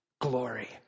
glory